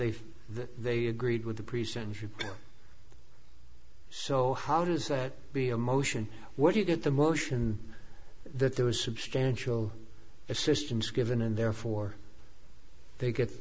that they agreed with the present so how does that be a motion where do you get the motion that there was substantial assistance given and therefore they get